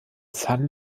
san